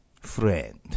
friend